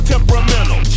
Temperamental